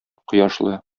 кояшлы